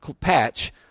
patch